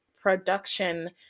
production